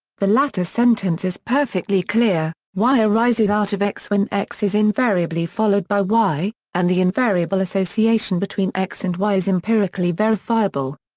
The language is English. the latter sentence is perfectly clear y arises out of x when x is invariably followed by y, and the invariable association between x and y is empirically verifiable.